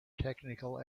technical